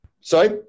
Sorry